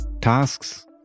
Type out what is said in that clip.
Tasks